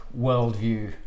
worldview